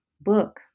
book